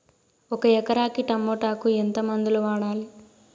ఒక ఎకరాకి టమోటా కు ఎంత మందులు వాడాలి?